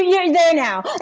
you're there now